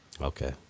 okay